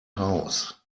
house